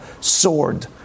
sword